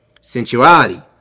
sensuality